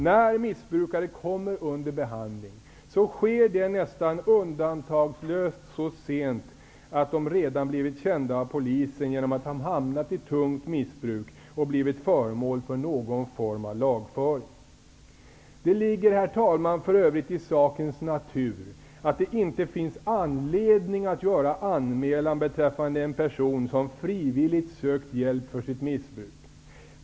När missbrukare kommer under behandling sker det nästan undantagslöst så sent att de redan har blivit kända av polisen, eftersom de har hamnat i tungt missbruk och blivit föremål för någon form av lagföring. Herr talman! Det ligger för övrigt i sakens natur att det inte finns anledning att göra anmälan beträffande en person som frivilligt sökt hjälp för sitt missbruk.